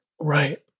Right